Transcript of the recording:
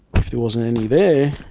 if there wasn't any there,